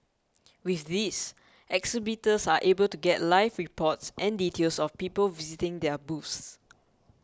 with this exhibitors are able to get live reports and details of people visiting their booths